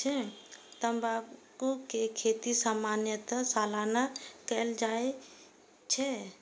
तंबाकू के खेती सामान्यतः सालाना कैल जाइ छै